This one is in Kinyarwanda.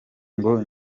ngo